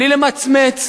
בלי למצמץ,